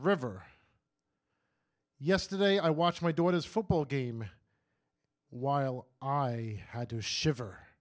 river yesterday i watch my daughter's football game while i had to shiver